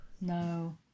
No